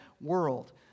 world